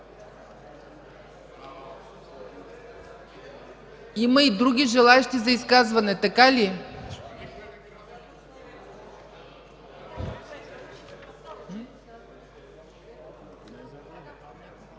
Има и други желаещи за изказвания, така ли?